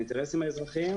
האינטרסים האזרחיים.